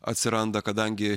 atsiranda kadangi